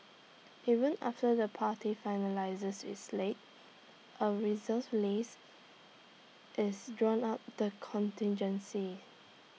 even after the party finalises its slate A reserves list is drawn up the contingencies